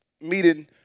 meeting